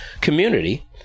community